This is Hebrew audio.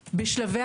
ושלוש,